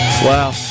Wow